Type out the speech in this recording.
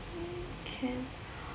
um can